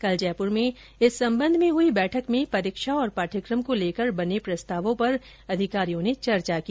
कल जयपुर में इस संबंध में हुई बैठक में परीक्षा और पाठ्यक्रम को लेकर बने प्रस्तावों पर अधिकारियों ने चर्चा की